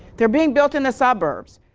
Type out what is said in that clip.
they're being built in the suburbs.